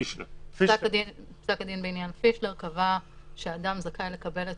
ב-1996 פסק דין פישלר קבע שאדם זכאי לקבל את